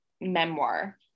memoir